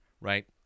right